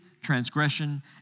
transgression